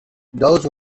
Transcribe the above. those